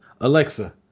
Alexa